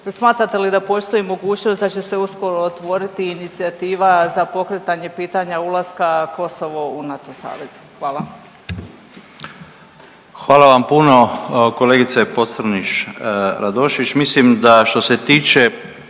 smatrate li da postoji mogućnost da će se uskoro otvoriti inicijativa za pokretanje pitanja ulaska Kosovo u NATO savez? Hvala. **Stier, Davor Ivo (HDZ)** Hvala vam puno kolegice Pocrnić Radošević. Mislim da što se tiče